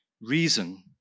reason